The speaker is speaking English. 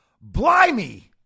Blimey